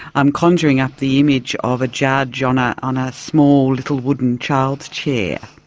i'm conjuring up the image of a judge on ah on a small little wooden child's chair.